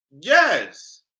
Yes